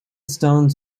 stones